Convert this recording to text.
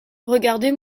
regardez